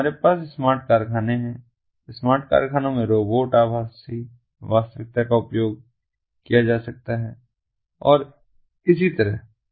तो हमारे पास स्मार्ट कारखाने हैं स्मार्ट कारखानों में रोबोट आभासी वास्तविकता का उपयोग किया जा सकता है और इसी तरह